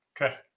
Okay